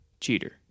Cheater